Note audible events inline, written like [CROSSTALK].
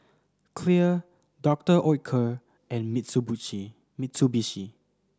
clear Doctor Oetker and [UNINTELLIGIBLE] Mitsubishi